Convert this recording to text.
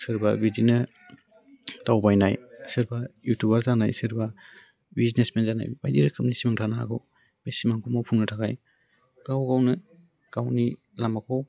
सोरबा बिदिनो दावबायनाय सोरबा इउटुबार जानाय सोरबा बिजनेसमेन जानाय बायदि रोखोमनि सिमां थानो हागौ बे सिमांखौ मावफुंनो थाखाय गाव गावनो गावनि लामाखौ